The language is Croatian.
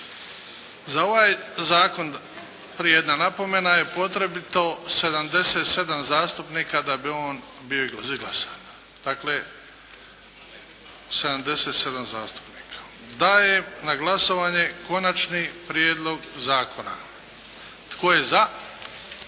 Za ovaj Zakon, jedna napomena, je potrebito 77 zastupnika da bi on bio izglasan. Dakle, 77 zastupnika. Dajem na glasovanje Konačni prijedlog Zakona. Tko je za?